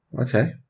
okay